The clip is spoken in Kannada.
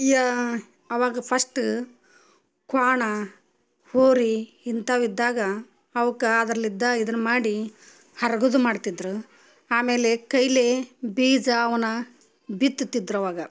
ಯಾ ಆವಾಗ ಫಸ್ಟ್ ಕ್ವಾಣ ಹೋರಿ ಇಂಥವಿದ್ದಾಗ ಅವಕ್ಕೆ ಅದ್ರಲ್ಲಿ ಇದ್ದ ಇದನ್ನ ಮಾಡಿ ಹರ್ಗದು ಮಾಡ್ತಿದ್ರು ಆಮೇಲೆ ಕೈಲಿ ಬೀಜ ಅವ್ನ ಬಿತ್ತುತ್ತಿದ್ರು ಆವಾಗ